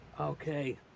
Okay